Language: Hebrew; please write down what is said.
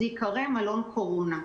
זה ייקרא מלון קורונה.